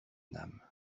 nam